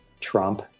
Trump